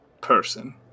person